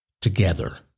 together